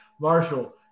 Marshall